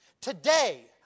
Today